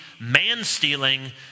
man-stealing